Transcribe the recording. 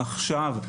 עכשיו,